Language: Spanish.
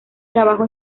trabajó